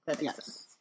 Yes